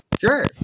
Sure